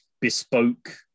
bespoke